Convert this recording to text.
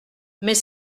mais